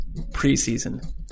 Preseason